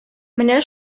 менә